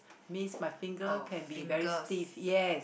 means my finger can be very stiff yes